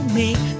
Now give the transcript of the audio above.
make